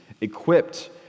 equipped